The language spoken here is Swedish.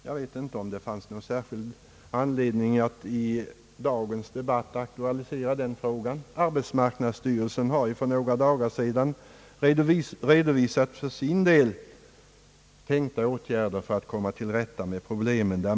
Jag vet inte om det fanns någon särskild anledning att i dagens debatt aktualisera den frågan — arbetsmarknadsstyrelsen har ju för några dagar sedan redovisat de åtgärder som den för sin del tänker sig i syfte att komma till rätta med problemen.